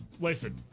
Listen